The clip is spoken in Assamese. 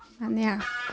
সিমানেই আৰু